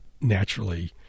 naturally